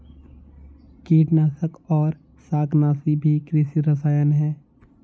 कीटनाशक और शाकनाशी भी कृषि रसायन हैं